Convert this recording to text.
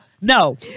no